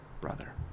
brother